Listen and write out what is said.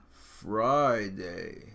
Friday